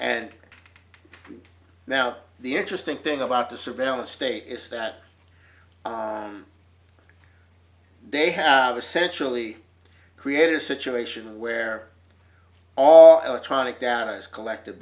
and now the interesting thing about the surveillance state is that they have essentially created a situation where all electronic data is collected